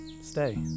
stay